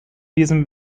diesem